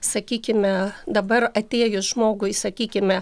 sakykime dabar atėjus žmogui sakykime